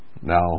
Now